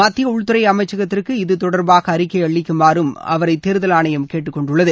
மத்திய உள்துறை அமைச்சகத்திற்கு இது தொடர்பாக அறிக்கை அளிக்குமாறும் அவரை தேர்தல் ஆணையம் கேட்டுக்கொண்டுள்ளது